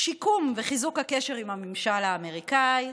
שיקום וחיזוק הקשר עם הממשל האמריקאי,